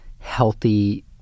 healthy